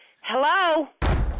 Hello